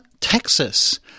Texas